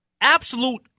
Absolute